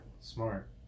smart